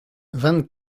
vingt